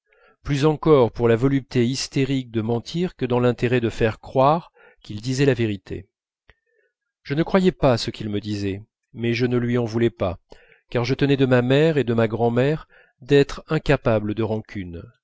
plus encore pour la volupté hystérique de mentir que dans l'intérêt de faire croire qu'il disait la vérité je ne croyais pas ce qu'il me disait mais je ne lui en voulais pas car je tenais de ma mère et de ma grand'mère d'être incapable de rancune